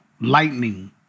lightning